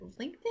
linkedin